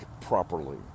properly